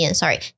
sorry